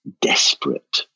desperate